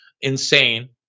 insane